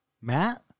Matt